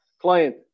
client